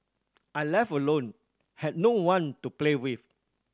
I left alone had no one to play with